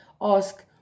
ask